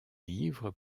livre